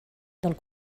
del